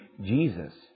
Jesus